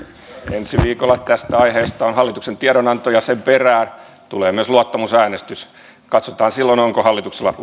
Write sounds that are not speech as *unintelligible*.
ensi viikolla tästä aiheesta on hallituksen tiedonanto ja sen perään tulee myös luottamusäänestys katsotaan silloin onko hallituksella *unintelligible*